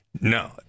No